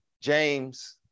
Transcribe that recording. james